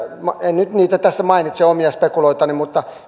nyt tässä mainitse omia spekulaatioitani mutta